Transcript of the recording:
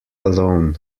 alone